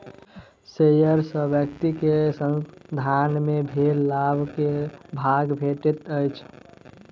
share सॅ व्यक्ति के संसथान मे भेल लाभ के भाग भेटैत अछि